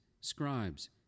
scribes